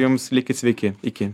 jums likit sveiki iki